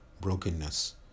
brokenness